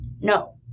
No